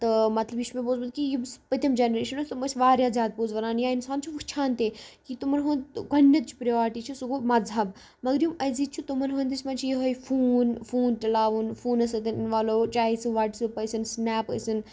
تہٕ مطلب یہِ چھُ مےٚ بوٗزمُت کہِ یِم سُہ پٔتِم جَنریش اوس تِم ٲسۍ واریاہ زیادٕ پوٚز وَنان یا اِنسان چھِ وٕچھان تہِ کہِ تِمَن ہُنٛد گۄڈٕنِچ پرٛیارٹی چھِ سُہ گوٚو مذہب مگر یِم أزِچ چھِ تِمَن ہُنٛدِس منٛز چھِ یِہوٚے فون فون چَلاوُن فونَس سۭتۍ اِنوالٕو چاہے سُہ وَٹسَپ ٲسِن سٕنیپ ٲسِن